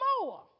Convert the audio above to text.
more